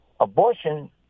Abortion